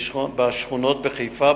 בשכונות חיפה.